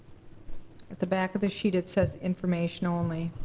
at the back of the sheet it says information only.